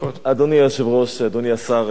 אדוני היושב-ראש, אדוני השר,